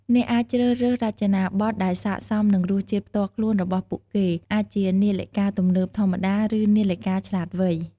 អ្នកអាចជ្រើសរើសរចនាប័ទ្មដែលស័ក្តិសមនឹងរសជាតិផ្ទាល់ខ្លួនរបស់ពួកគេ អាចជានាឡិកាទំនើបធម្មតា ឬ នាឡិកាឆ្លាតវៃ។